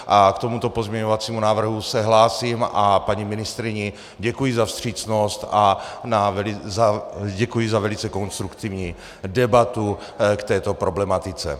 K tomuto pozměňovacímu návrhu se hlásím a paní ministryni děkuji za vstřícnost a děkuji za velice konstruktivní debatu k této problematice.